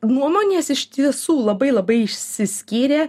nuomonės iš tiesų labai labai išsiskyrė